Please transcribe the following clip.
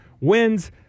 wins